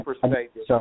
perspective